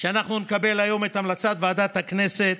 שאנחנו נקבל היום את המלצת ועדת הכנסת